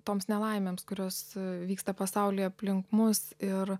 toms nelaimėms kurios vyksta pasauly aplink mus ir